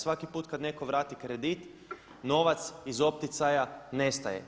Svaki put kad netko vrati kredit novac iz opticaja nestaje.